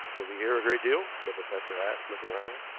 was he here a great deal? the professor asked, looking round.